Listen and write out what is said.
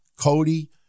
Cody